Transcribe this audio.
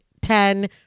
ten